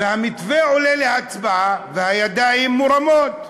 והמתווה עולה להצבעה והידיים מורמות,